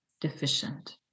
deficient